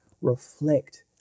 reflect